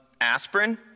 aspirin